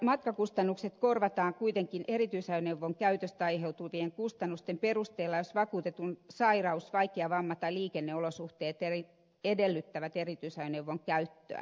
matkakustannukset korvataan kuitenkin erityisajoneuvon käytöstä aiheutuvien kustannusten perusteella jos vakuutetun sairaus vaikea vamma tai liikenneolosuhteet edellyttävät erityisajoneuvon käyttöä